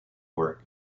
work